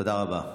תודה רבה.